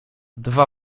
dwa